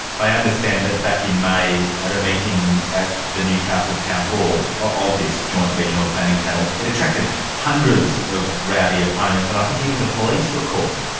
i understand that back in may at a meeting at the newcastle town hall of this joint regional planning panel, it attracted hundreds of rowdy opponents, and i think even the police were called.